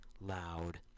loud